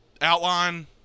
outline